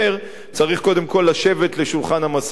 צריך קודם כול לשבת לשולחן המשא-ומתן,